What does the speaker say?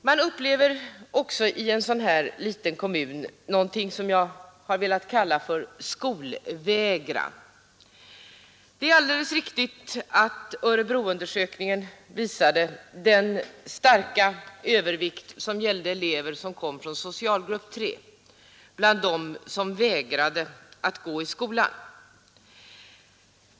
Man upplever också i en sådan liten kommun någonting som jag har velat kalla för skolvägran. Det är alldeles riktigt att Örebroundersökningen visade den starka övervikt som gällde elever vilka kom från socialgrupp 3 bland dem som vägrade att gå i att motverka tristess och vantrivsel i skolarbetet skolan.